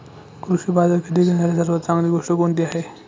कृषी बाजारात खरेदी करण्यासाठी सर्वात चांगली गोष्ट कोणती आहे?